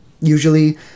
usually